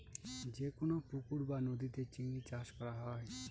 যেকোনো পুকুর বা নদীতে চিংড়ি চাষ করা হয়